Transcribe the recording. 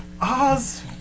Oz